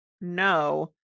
no